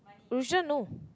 which one no